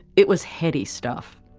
it was heady stuff.